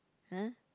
!huh!